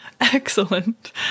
excellent